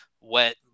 wet